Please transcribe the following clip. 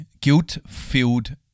guilt-filled